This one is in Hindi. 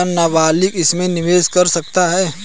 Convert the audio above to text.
क्या नाबालिग इसमें निवेश कर सकता है?